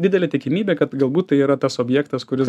didelė tikimybė kad galbūt tai yra tas objektas kuris